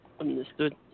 Understood